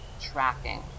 tracking